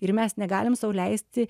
ir mes negalim sau leisti